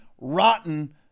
rotten